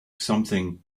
something